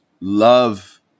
love